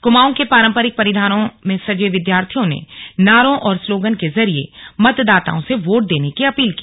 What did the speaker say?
कुमाऊं के पारंपरिक परिधानों में सजे विद्यार्थियों ने नारों और स्लोगन के जरिए मतदाताओं से वोट देने की अपील की